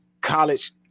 college